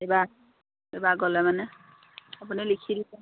এবাৰ এবাৰ গ'লে মানে আপুনি লিখি দিব